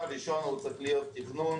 אני לא רואה שום תגובה שלהם שהיא רלוונטית